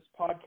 podcast